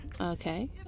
Okay